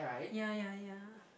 ya ya ya